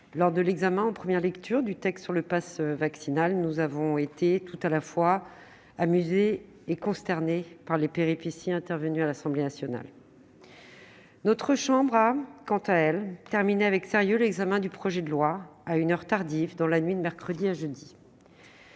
lors de l'examen du texte sur le passe vaccinal en première lecture, nous avons été à la fois amusés et consternés par les péripéties intervenues à l'Assemblée nationale. Notre chambre, quant à elle, a terminé avec sérieux l'examen du projet de loi, à une heure tardive, dans la nuit de mercredi à jeudi.